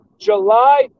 July